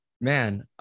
Man